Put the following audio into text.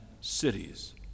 cities